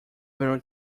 very